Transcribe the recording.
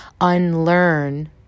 unlearn